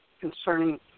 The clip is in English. concerning